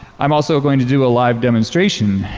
i'm also going to do a live demonstration.